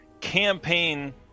campaign